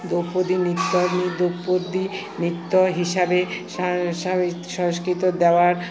দ্রৌপদী নিত্তি দ্রৌপদী নিত্য হিসাবে সা সংস্ক সংস্কৃত দেওয়ার